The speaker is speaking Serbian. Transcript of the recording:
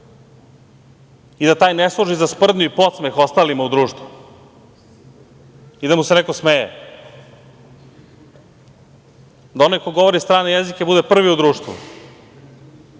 i da taj ne služi za sprdnju i podsmeh ostalima u društvu, da mu se neko smeje. Da onaj ko govori strane jezike bude prvi u društvu,